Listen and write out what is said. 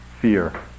fear